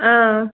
اۭں